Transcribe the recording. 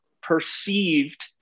perceived